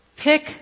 pick